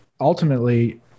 ultimately